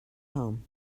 home